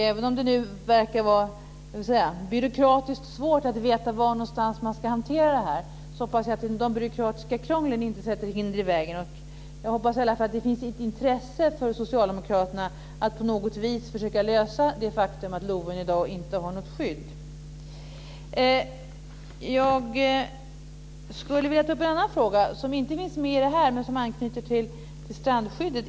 Även om det nu verkar vara byråkratiskt svårt att veta var man ska hantera det hoppas jag att det byråkratiska krånglet inte sätter hinder i vägen. Jag hoppas i alla fall att det finns ett intresse från Socialdemokraterna att på något sätt försöka göra någonting åt det faktum att Lovön i dag inte har något skydd. Jag skulle vilja ta upp en annan fråga, som inte finns med i det här ärendet men som anknyter till strandskyddet.